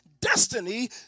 destiny